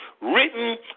written